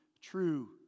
true